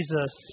Jesus